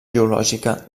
geològica